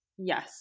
Yes